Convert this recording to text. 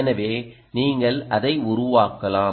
எனவே நீங்கள் அதை உருவாக்கலாம்